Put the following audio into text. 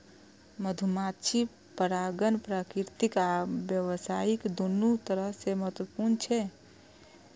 मधुमाछी परागण प्राकृतिक आ व्यावसायिक, दुनू तरह सं महत्वपूर्ण छै